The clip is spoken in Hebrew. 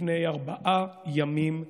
לפני ארבעה ימים בלבד,